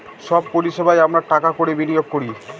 সব পরিষেবায় আমরা টাকা কড়ি বিনিয়োগ করি